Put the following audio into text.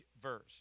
verse